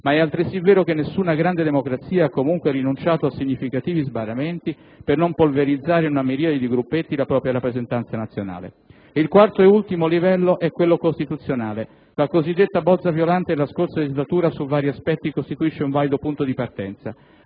ma è altresì vero che nessuna grande democrazia ha comunque rinunciato a significativi sbarramenti per non polverizzare in una miriade di gruppetti la propria rappresentanza nazionale. Il quarto e ultimo livello è quello costituzionale. La cosiddetta bozza Violante della scorsa legislatura costituisce su vari aspetti un valido punto di partenza.